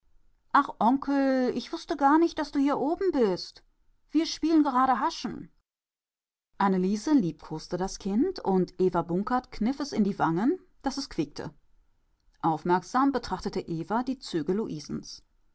ach onkel ich wußte gar nicht daß du hier oben bist wir spielen gerade haschen anneliese liebkoste das kind und eva bunkert kniff es in die wangen daß es quiekte aufmerksam betrachtete eva die züge